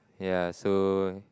ya so